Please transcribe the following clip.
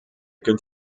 kunt